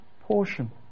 portion